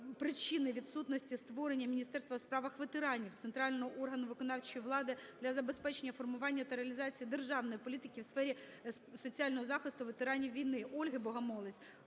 причини відсутності створення Міністерства у справах ветеранів - центрального органу виконавчої влади для забезпечення формування та реалізації державної політики у сфері соціального захисту ветеранів війни. Ольги Богомолець